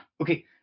Okay